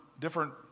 different